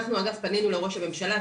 אנחנו אגב פנינו לראש הממשלה,